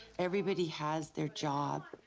everybody has their job.